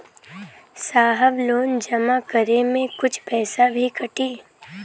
साहब लोन जमा करें में कुछ पैसा भी कटी?